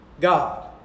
God